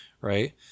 right